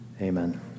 Amen